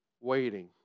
waiting